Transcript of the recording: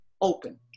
open